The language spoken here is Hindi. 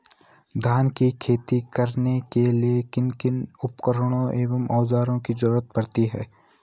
धान की खेती करने के लिए किन किन उपकरणों व औज़ारों की जरूरत पड़ती है?